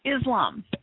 Islam